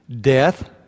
death